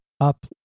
up